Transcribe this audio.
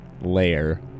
layer